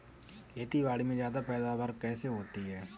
खेतीबाड़ी में ज्यादा पैदावार कैसे होती है?